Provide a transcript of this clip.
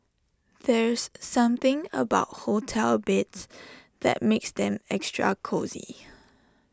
there's something about hotel beds that makes them extra cosy